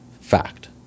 fact